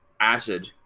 Acid